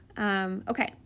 Okay